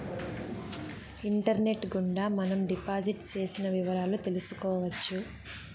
internet గుండా మనం deposit చేసిన వివరాలు తెలుసుకోవచ్చు